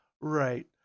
Right